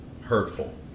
hurtful